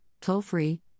toll-free